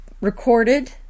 recorded